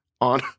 on